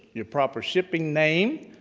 your proper shipping name,